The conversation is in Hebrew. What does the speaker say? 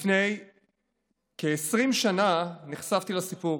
לפני כ-20 שנה נחשפתי לסיפור,